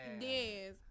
Yes